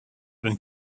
been